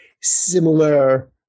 similar